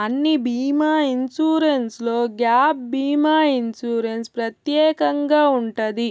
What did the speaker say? అన్ని బీమా ఇన్సూరెన్స్లో గ్యాప్ భీమా ఇన్సూరెన్స్ ప్రత్యేకంగా ఉంటది